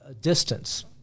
distance